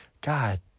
god